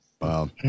Wow